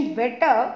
better